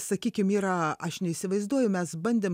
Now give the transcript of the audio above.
sakykim yra aš neįsivaizduoju mes bandėm